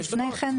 לפני כן.